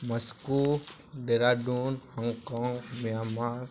Moscow Dehradun Hong Kong Myanmar